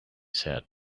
said